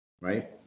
right